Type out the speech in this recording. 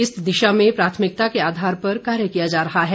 इस दिशा में प्राथमिकता के आधार पर कार्य किया जा रहा है